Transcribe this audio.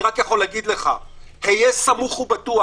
אני רק יכול לומר לך: היה סמוך ובטוח